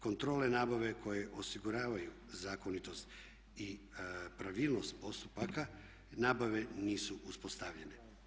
Kontrole nabave koje osiguravaju zakonitost i pravilnost postupaka nabave nisu uspostavljane.